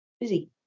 busy